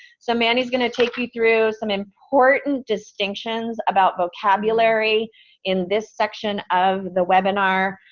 so mandy's going to take you through some important distinctions about vocabulary in this section of the webinar.